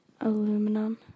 Aluminum